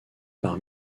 par